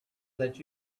that